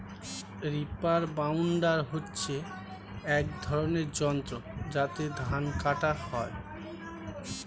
reaper binder হচ্ছে এক ধরনের যন্ত্র যাতে ধান কাটা হয়